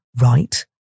right